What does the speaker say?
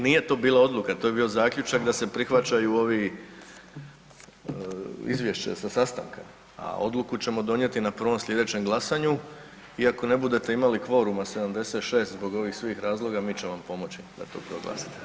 Nije to bila odluka, to je bio zaključak da se prihvaćaju ovi izvješće sa sastanka, a odluku ćemo donijeti na prvom sljedećem glasanju i ako ne budete imali kvorum, a 76 zbog ovih svih razloga mi ćemo vam pomoći da to proglasite.